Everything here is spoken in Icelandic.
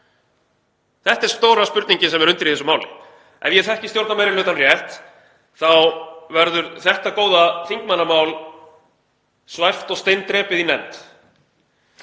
Þetta er stóra spurningin sem er undir í þessu máli. Ef ég þekki stjórnarmeirihlutann rétt þá verður þetta góða þingmannamál svæft og steindrepið í nefnd.